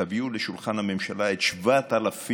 תביאו אל שולחן הממשלה את 7,000